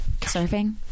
surfing